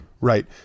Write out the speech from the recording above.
Right